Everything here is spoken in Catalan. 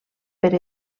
per